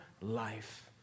life